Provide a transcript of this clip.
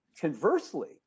conversely